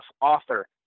author